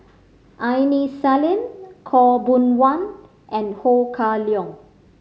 Aini Salim Khaw Boon Wan and Ho Kah Leong